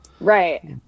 Right